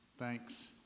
Thanks